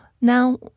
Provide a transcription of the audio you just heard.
now